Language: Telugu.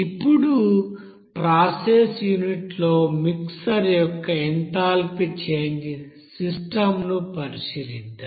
ఇప్పుడు ప్రాసెస్ యూనిట్లో మిక్సర్ యొక్క ఎంథాల్పీ చేంజ్ సిస్టం ను పరిశీలిద్దాం